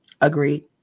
Agreed